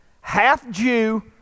Half-Jew